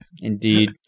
Indeed